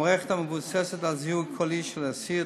המערכת מבוססת על זיהוי קולי של האסיר.